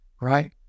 Right